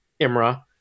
Imra